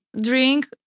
drink